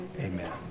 Amen